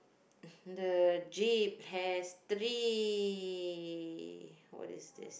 the jeep has three what is this